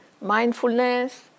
mindfulness